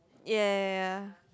ya ya ya ya